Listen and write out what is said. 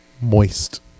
Moist